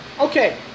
Okay